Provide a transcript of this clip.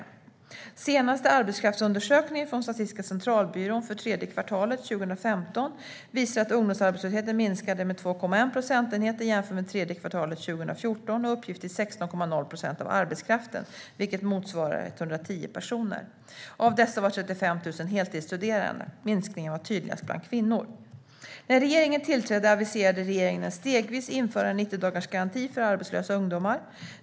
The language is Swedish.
Senaste Arbetskraftsundersökningen från Statistiska centralbyrån för tredje kvartalet 2015 visar att ungdomsarbetslösheten minskade med 2,1 procentenheter jämfört med tredje kvartalet 2014 och uppgick till 16,0 procent av arbetskraften, vilket motsvarar 110 000 personer. Av dessa var 35 000 heltidsstuderande. Minskningen är tydligast bland kvinnor. När regeringen tillträdde aviserade den ett stegvis införande av en 90-dagarsgaranti för arbetslösa ungdomar.